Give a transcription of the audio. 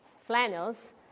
Flannels